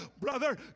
brother